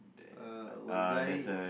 uh white guy